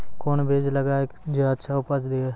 कोंन बीज लगैय जे अच्छा उपज दिये?